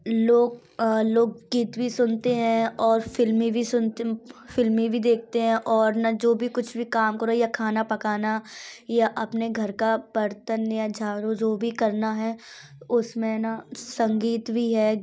लो लोकगीत भी सुनते है और फिल्मी भी सुनते फिल्मी भी देखते हैं और ना जो भी कुछ भी काम करो या खाना पकाना या अपने घर का बर्तन या झाड़ू जो भी करना है उस में ना संगीत भी है